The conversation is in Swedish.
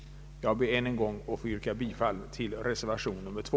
Än en gång ber jag att få yrka bifall till reservation 2.